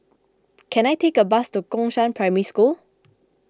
can I take a bus to Gongshang Primary School